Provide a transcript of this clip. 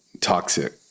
toxic